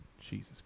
Jesus